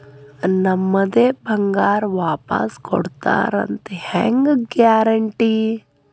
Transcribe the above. ನಮ್ಮದೇ ಬಂಗಾರ ವಾಪಸ್ ಕೊಡ್ತಾರಂತ ಹೆಂಗ್ ಗ್ಯಾರಂಟಿ?